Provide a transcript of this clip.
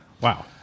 Wow